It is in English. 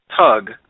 Tug